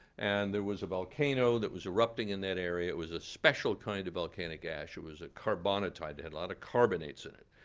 and there was a volcano that was erupting in that area. it was a special kind of volcanic ash. it was a carbonitite. it had a lot of carbonates in it.